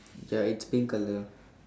ya it's pink colour